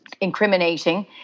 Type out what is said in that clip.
incriminating